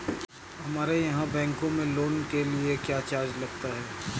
हमारे यहाँ बैंकों में लोन के लिए क्या चार्ज लगता है?